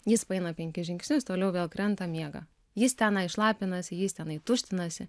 jis paeina penkis žingsnius toliau vėl krenta miega jis tenai šlapinasi jis tenai tuštinasi